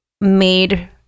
made